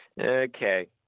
Okay